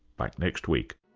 back next week